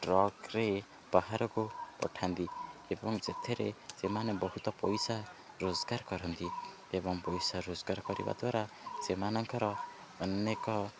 ଟ୍ରକ୍ରେ ବାହାରକୁ ପଠାନ୍ତି ଏବଂ ସେଥିରେ ସେମାନେ ବହୁତ ପଇସା ରୋଜଗାର କରନ୍ତି ଏବଂ ପଇସା ରୋଜଗାର କରିବା ଦ୍ୱାରା ସେମାନଙ୍କର ଅନେକ